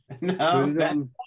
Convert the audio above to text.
No